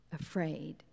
afraid